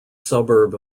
suburb